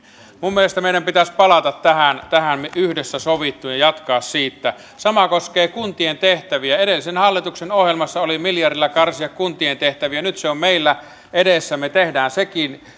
minun mielestäni meidän pitäisi palata tähän tähän yhdessä sovittuun ja jatkaa siitä sama koskee kuntien tehtäviä edellisen hallituksen ohjelmassa oli miljardilla karsia kuntien tehtäviä nyt se on meillä edessä me teemme senkin